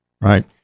right